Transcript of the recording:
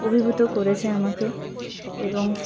অভিভূত করেছে আমাকে এবং